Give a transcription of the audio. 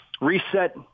reset